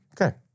Okay